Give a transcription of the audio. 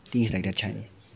think it's like a chi~